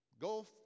Go